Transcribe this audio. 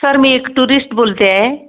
sir मी एक tourist बोलते आहे